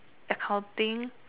accounting